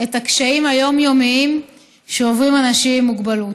מה הקשיים היומיומיים שעוברים אנשים עם מוגבלות.